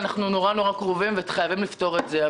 אנחנו קרובים לחנוכה וחייבים לפתור את זה.